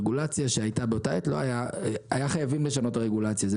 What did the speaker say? היו חייבים לשנות את הרגולציה שהייתה באותה עת.